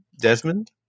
Desmond